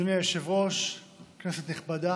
אדוני היושב-ראש, כנסת נכבדה,